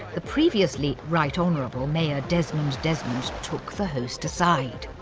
the previously right honourable mayor desmond desmond took the host aside.